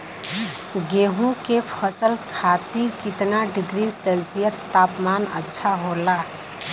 गेहूँ के फसल खातीर कितना डिग्री सेल्सीयस तापमान अच्छा होला?